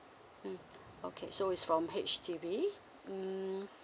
mm okay so is from H_D_B mm